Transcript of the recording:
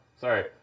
Sorry